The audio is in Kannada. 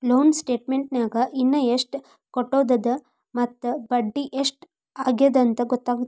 ಲೋನ್ ಸ್ಟೇಟಮೆಂಟ್ನ್ಯಾಗ ಇನ ಎಷ್ಟ್ ಕಟ್ಟೋದದ ಮತ್ತ ಬಡ್ಡಿ ಎಷ್ಟ್ ಆಗ್ಯದಂತ ಗೊತ್ತಾಗತ್ತ